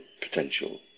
potential